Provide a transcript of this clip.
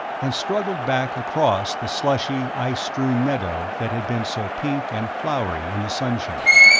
and struggled back across the slushy, ice-strewn meadow that had been so pink and flowery in the sunshine.